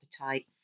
appetite